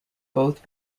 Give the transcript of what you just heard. both